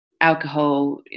alcohol